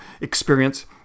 experience